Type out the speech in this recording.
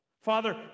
Father